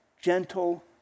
gentle